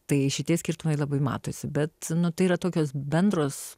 tai šitie skirtumai labai matosi bet tai yra tokios bendros